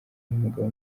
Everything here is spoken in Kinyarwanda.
n’umugabo